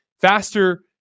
faster